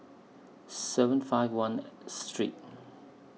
seven five one Street